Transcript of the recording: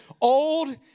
old